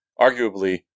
arguably